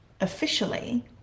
officially